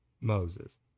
Moses